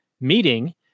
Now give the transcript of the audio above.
meeting